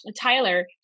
Tyler